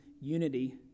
unity